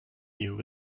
new